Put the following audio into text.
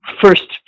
first